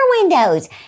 windows